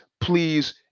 please